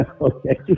Okay